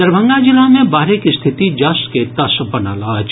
दरभंगा जिला मे बाढ़िक स्थिति जस के तस बनल अछि